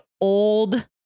old